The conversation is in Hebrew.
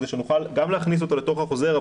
כדי שנוכל גם להכניס את זה לתוך החוזר,